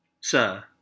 Sir